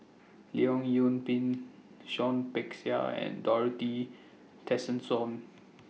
Leong Yoon Pin Peck Seah and Dorothy Tessensohn